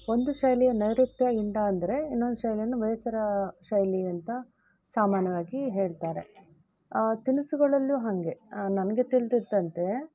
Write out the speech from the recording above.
ಒಂದು ಶೈಲಿಯ ನೈಋತ್ಯಯಿಂದ ಅಂದರೆ ಇನ್ನೊಂದು ಶೈಲಿಯನ್ನು ವೇಸರ ಶೈಲಿ ಅಂತ ಸಾಮಾನ್ಯವಾಗಿ ಹೇಳ್ತಾರೆ ತಿನಿಸುಗಳಲ್ಲೂ ಹಾಗೆ ನನಗೆ ತಿಳಿದಿದ್ದಂತೆ